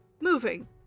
moving